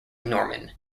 norman